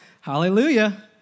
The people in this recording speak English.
Hallelujah